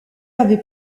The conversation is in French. avait